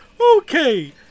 Okay